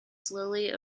slowly